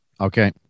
Okay